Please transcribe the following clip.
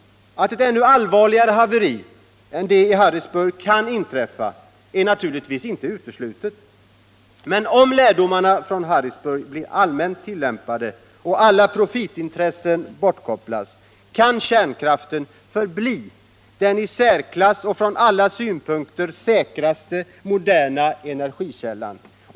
Att ett ännu allvarligare haveri än det i Harrisburg kan inträffa är naturligtvis inte uteslutet. Men om lärdomarna från Harrisburg blir allmänt tillämpade och alla profitintressen bortkopplas kan kärnkraften förbli den i särklass och från alla synpunkter säkraste moderna energikällan.